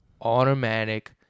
automatic